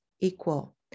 equal